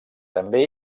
també